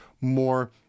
more